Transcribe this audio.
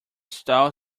stale